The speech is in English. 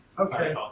Okay